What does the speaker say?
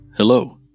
Hello